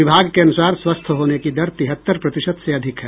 विभाग के अनुसार स्वस्थ होने की दर तिहत्तर प्रतिशत से अधिक है